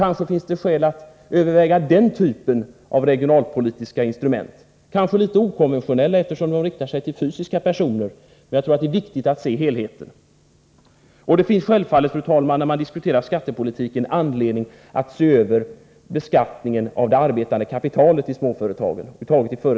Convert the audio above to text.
Kanske finns det skäl att överväga den typen av regionalpolitiska instrument. De är måhända litet okonventionella, eftersom de riktar sig till fysiska personer, men jag tror att det är viktigt att vi ser helheten. När man diskuterar skattepolitiken finns det självfallet, fru talman, anledning att se över beskattningen av det arbetande kapitalet i företagen.